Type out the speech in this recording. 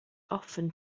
often